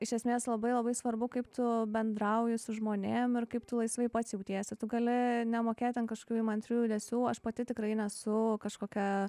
iš esmės labai labai svarbu kaip tu bendrauji su žmonėm ir kaip tu laisvai pats jautiesi tu gali nemokėt ten kažkokių įmantrių judesių aš pati tikrai nesu kažkokia